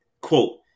quote